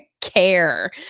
care